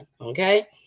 okay